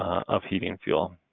of heating fuel,